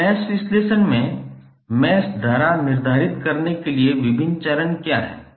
अब मैश विश्लेषण में मैश धारा निर्धारित करने के लिए विभिन्न चरण क्या हैं